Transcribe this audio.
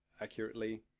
accurately